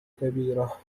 كبيرة